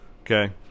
Okay